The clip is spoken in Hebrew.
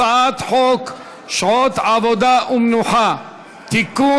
הצעת חוק שעות עבודה ומנוחה (תיקון,